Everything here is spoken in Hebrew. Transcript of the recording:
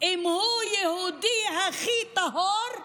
אם הוא, התוקף, יהודי הכי טהור,